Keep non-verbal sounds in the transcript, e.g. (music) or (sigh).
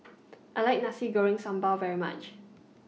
(noise) I like Nasi Goreng Sambal very much